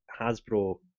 Hasbro